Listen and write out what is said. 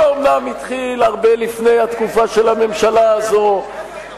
שאומנם התחיל הרבה לפני התקופה של הממשלה הזאת,